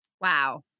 Wow